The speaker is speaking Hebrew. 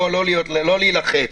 לא להילחץ.